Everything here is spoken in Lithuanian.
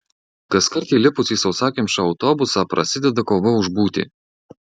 kaskart įlipus į sausakimšą autobusą prasideda kova už būtį